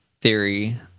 theory